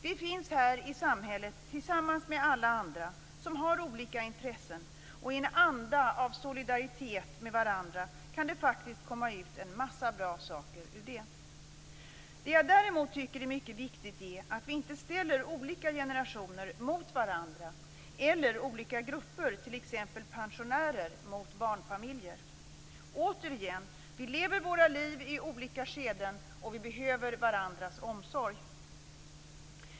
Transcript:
Vi finns här i samhället tillsammans med alla andra som har olika intressen. I en anda av solidaritet med varandra kan det faktiskt komma ut en massa bra saker ur det. Det jag däremot tycker är mycket viktigt är att vi inte ställer olika generationer eller olika grupper mot varandra, t.ex. pensionärer mot barnfamiljer. Återigen: Vi lever våra liv i olika skeden, och vi behöver varandras omsorg.